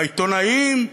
בעיתונאים?